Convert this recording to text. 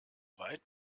weit